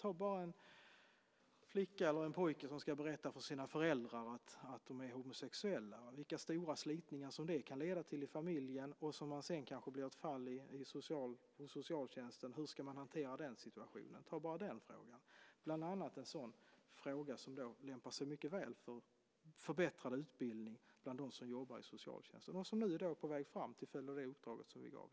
Ta bara en flicka eller en pojke som ska berätta för sina föräldrar att hon eller han är homosexuell, vilka stora slitningar det kan leda till i familjen, och det blir kanske sedan ett fall i socialtjänsten: Hur ska man hantera den situationen? Ta bara den frågan! Det är bland annat en sådan fråga som lämpar sig mycket väl för förbättrad utbildning bland dem som jobbar i socialtjänsten och som nu är på väg fram till följd av det uppdrag vi gav.